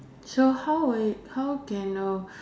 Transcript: so how will how can a